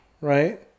right